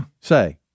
Say